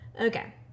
Okay